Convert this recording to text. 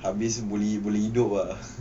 habis boleh boleh hidup ah